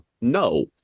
no